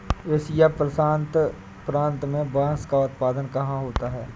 Asia प्रशांत प्रांत में बांस का उत्पादन कहाँ होता है?